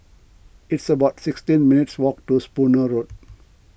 it's about sixteen minutes' walk to Spooner Road